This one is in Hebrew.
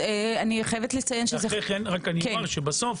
בסוף